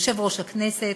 יושב-ראש הכנסת,